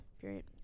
Period